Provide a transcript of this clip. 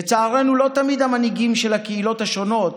לצערנו, לא תמיד המנהיגים של הקהילות השונות